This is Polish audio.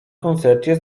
koncercie